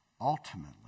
ultimately